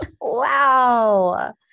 wow